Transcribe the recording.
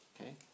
Okay